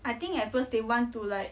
I think at first they want to like